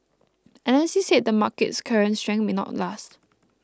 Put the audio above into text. analysts said the market's current strength may not last